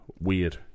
weird